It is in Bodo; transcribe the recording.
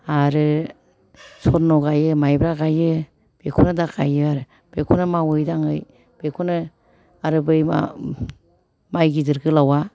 आरो सर्न गायो माइब्रा गायो बेखौनो दा गायो आरो बेखौनो मावै दाङै बेखौनो आरो बै मा माइ गिदिर गोलावआ